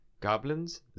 goblins